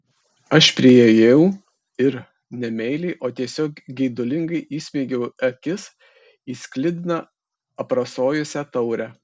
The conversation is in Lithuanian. aš priėjau ir ne meiliai o tiesiog geidulingai įsmeigiau akis į sklidiną aprasojusią taurę